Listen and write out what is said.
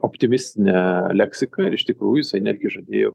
optimistinę leksiką ir iš tikrųjų jisai netgi žadėjo